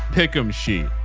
pick them sheet.